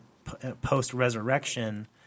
post-resurrection